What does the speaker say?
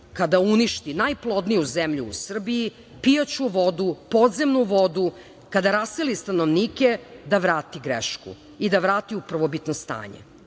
kada uništi najplodniju zemlju u Srbiji, pijaću vodu, podzemnu vodu, kada raseli stanovnike, da vrati grešku i da vrati u prvobitno stanje?